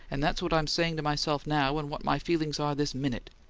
and that's what i'm saying to myself now, and what my feelings are this minute!